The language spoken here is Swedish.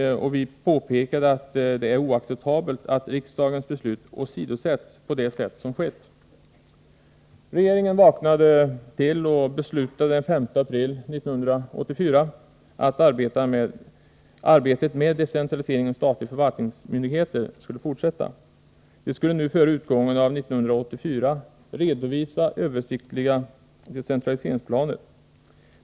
Vi påpekade att det är oacceptabelt att riksdagens beslut åsidosätts på det sätt som skett. Regeringen vaknade till och beslutade den 5 april 1984 att arbetet med decentralisering inom statliga förvaltningsmyndigheter skulle fortsätta. De skulle nu före utgången av 1984 redovisa översiktliga decentraliseringsplaner.